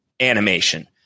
animation